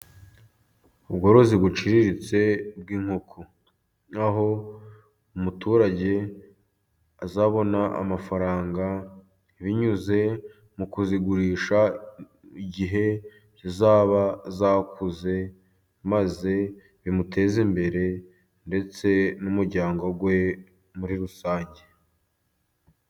Ubworozi buciriritse bw'inkoko. Ni aho umuturage azabona amafaranga binyuze mu kuzigurisha ,igihe zizaba zakuze, maze bimuteze imbere ndetse n'umuryango we muri rusange.